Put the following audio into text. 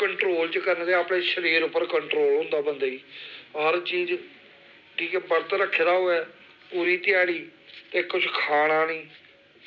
control च करने दे अपने शरीर उप्पर कंट्रोल होंदा बंदे गी हर चीज ठीक ऐ बरत रक्खे दा होऐ पूरी ध्याड़ी ते कुछ खाना निं